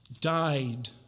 died